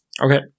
Okay